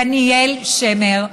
דניאל שמר,